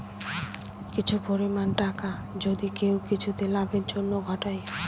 কিছু পরিমাণ টাকা যদি কেউ কিছুতে লাভের জন্য ঘটায়